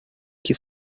que